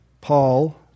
Paul